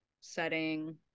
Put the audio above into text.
setting